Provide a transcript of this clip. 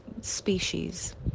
species